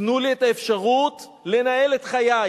תנו לי את האפשרות לנהל את חיי.